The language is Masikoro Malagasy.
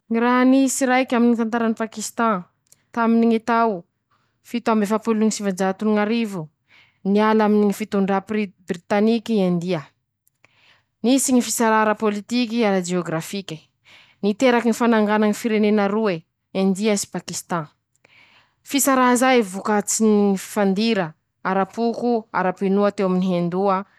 Ñy raha nisy raiky taminy tantarany Pakisitan5, taminy ñy tao: Fito amby efapolo no sivanjato no ñ'arivo, niala aminy fitondra pri britanike India, nisy ñy fisaraha arapôlitiky, arajeôgirafike, niteraky ñy fanangana ñy firenena roe, India sy Pakisitan, fisaraha zay vikatsy ñy fifandira arapoko, arapinoa teo aminy Endoa.